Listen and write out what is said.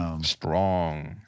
Strong